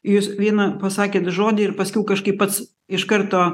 jūs vieną pasakėt žodį ir paskiau kažkaip pats iš karto